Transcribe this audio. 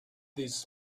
this